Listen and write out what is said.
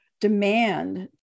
demand